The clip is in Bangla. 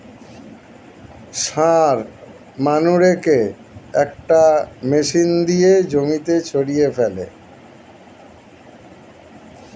সার মানুরেকে একটা মেশিন দিয়ে জমিতে ছড়িয়ে ফেলে